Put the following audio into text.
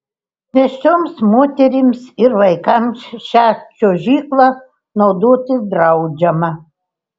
nėščioms moterims ir vaikams šia čiuožykla naudotis draudžiama